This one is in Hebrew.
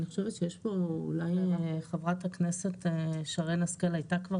אולי חברת הכנסת שרן השכל הייתה כבר